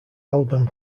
album